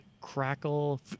Crackle